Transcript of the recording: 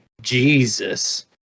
Jesus